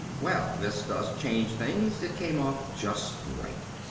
well, this does change things. it came off just right.